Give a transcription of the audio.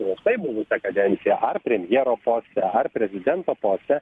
prieš tai buvusią kadenciją ar premjero poste ar prezidento poste